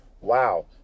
wow